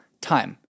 time